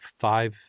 five